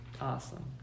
Awesome